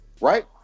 right